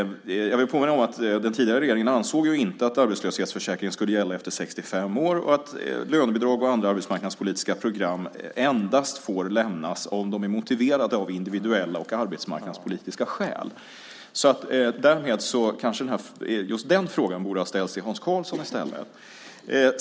Jag vill påminna om att den tidigare regeringen inte ansåg att arbetslöshetsförsäkringen skulle gälla efter 65 år och att lönebidrag och andra arbetsmarknadspolitiska program fick erbjudas endast om det var motiverat av individuella och arbetsmarknadspolitiska skäl. Därför kanske just den frågan borde ha ställts till Hans Karlsson i stället.